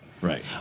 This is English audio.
Right